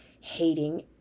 hating